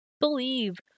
believe